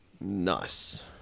Nice